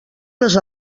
les